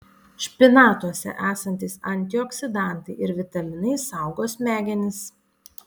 špinatuose esantys antioksidantai ir vitaminai saugo smegenis